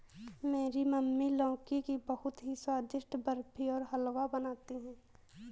मेरी मम्मी लौकी की बहुत ही स्वादिष्ट बर्फी और हलवा बनाती है